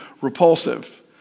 repulsive